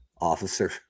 officer